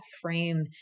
frame